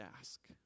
ask